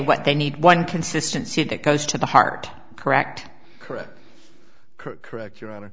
what they need one consistency that goes to the heart correct correct correct your honor